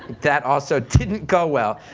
that also didn't go well.